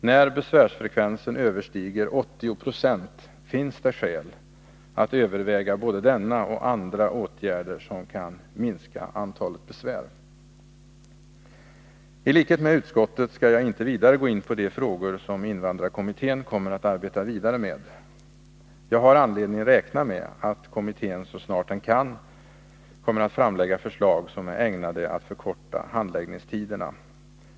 När besvärsfrekvensen överstiger 80 Ze, finns det skäl att överväga både denna och andra åtgärder som kan Nr 134 minska antalet besvär. Torsdagen den I likhet med utskottet skall jag inte vidare gå in på de frågor som 29 april 1982 invandrarkommittén kommer att arbeta vidare med. Jag har anledning att räkna med att kommittén, så snart den kan, framlägger förslag som är ägnade att förkorta handläggningstiderna.